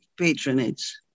patronage